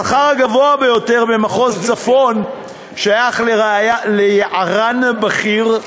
השכר הגבוה ביותר במחוז צפון שייך ליערן בכיר,